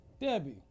Debbie